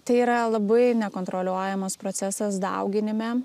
tai yra labai nekontroliuojamas procesas dauginime